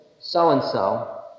so-and-so